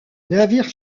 navire